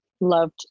loved